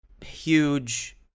huge